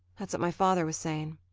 that's what my father was saying.